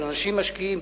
אבל אנשים משקיעים,